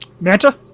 Manta